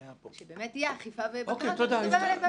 שבאמת תהיינה אכיפה ובקרה, שנדבר עליהן בהמשך.